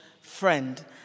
friend